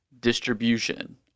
distribution